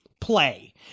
play